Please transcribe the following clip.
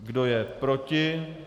Kdo je proti?